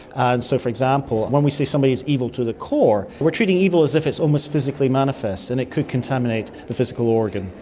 and so for example, when we say somebody is evil to the core, we're treating evil as if it's almost physically manifest and it could contaminate the physical organ,